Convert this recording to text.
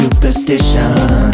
Superstition